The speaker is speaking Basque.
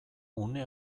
une